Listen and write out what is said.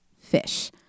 fish